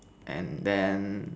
and then